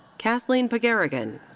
kathleen pagarigan.